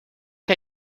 que